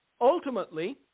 ultimately